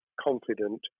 confident